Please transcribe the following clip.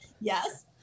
Yes